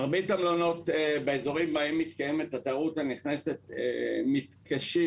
מרבית המלונות באזורים שבהם מתקיימת התיירות הנכנסת מתקשים